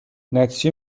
نتیجه